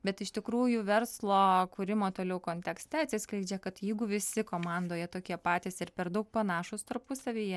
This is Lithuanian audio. bet iš tikrųjų verslo kūrimo toliau kontekste atsiskleidžia kad jeigu visi komandoje tokie patys ir per daug panašūs tarpusavyje